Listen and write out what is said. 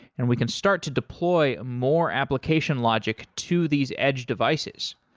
and we can start to deploy more application logic to these edge devices.